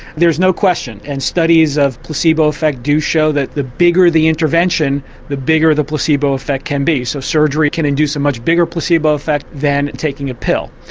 there's no question. and studies of placebo effect do show that the bigger the intervention the bigger the placebo effect can be. so surgery can induce a much bigger placebo effect than taking a pill.